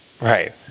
Right